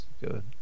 good